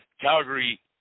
Calgary